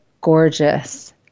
gorgeous